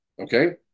Okay